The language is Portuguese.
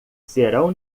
serão